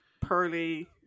pearly